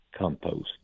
compost